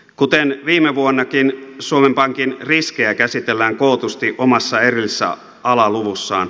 kuten viime vuonnakin suomen pankin riskejä käsitellään kootusti omassa erillisessä alaluvussaan